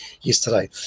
yesterday